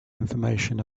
information